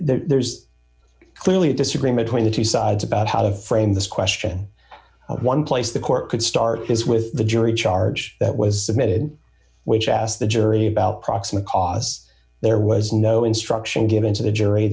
there's clearly disagreement when the two sides about how to frame this question one place the court could start is with the jury charge that was submitted which asked the jury about proximate cause there was no instruction given to the jury